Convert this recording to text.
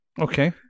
Okay